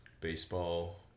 Baseball